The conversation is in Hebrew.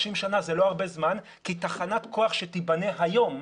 30 שנים זה לא הרבה זמן כי תחנת כוח שתיבנה היום,